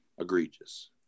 egregious